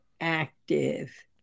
active